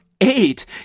eight